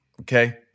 Okay